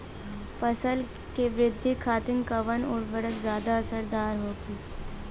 फसल के वृद्धि खातिन कवन उर्वरक ज्यादा असरदार होखि?